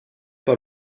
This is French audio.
par